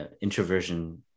introversion